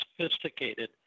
sophisticated